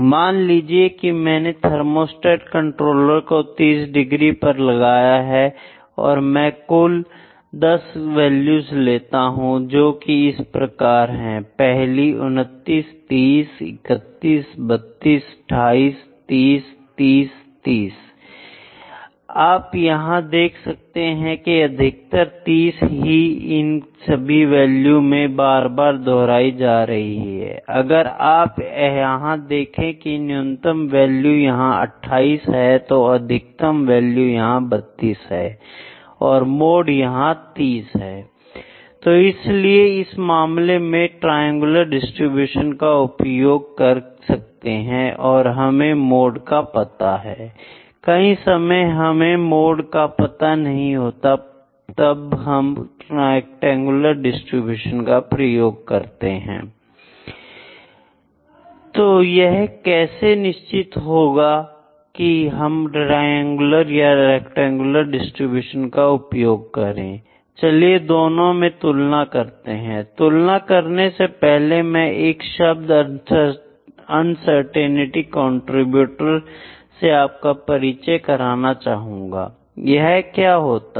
मान लीजिए कि मैंने थर्मोस्टेट कंट्रोलर को 30 डिग्री पर लगाया है और मैं कुल 10 वैल्यू लेता हूं जो कि इस प्रकार हैं पहले 29 30 31 32 28 30 30 30 I आप यहां देख सकते हैं कि अधिकतर 30 ही इन सभी वैल्यूज में बार बार दौराई जा रही है I अगर आप यह देखें की न्यूनतम वैल्यू यहां 28 है तो अधिकतम वैल्यू यहां 32 है और मोड यहां 30 है I तो इसलिए इस मामले में हम ट्रायंगल डिस्ट्रीब्यूशन का उपयोग कर सकते हैं जब हमें मोड का पता हो I कई समय हमें मोड का पता नहीं होता तब हम रैक्टेंगुलर डिस्ट्रीब्यूशन का प्रयोग कर सकते हैं I तो यह कैसे निश्चित हो कि हम ट्रायंगुलर अथवा रैक्टेंगुलर डिस्ट्रीब्यूशन का उपयोग करेंगे I चलिए दोनों में तुलना करते हैं I तुलना करने से पहले मैं एक शब्द अनसर्टेंटी कंट्रीब्यूटर से आपका परिचय कराना चाहूंगा I यह क्या होता है